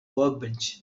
workbench